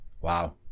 Wow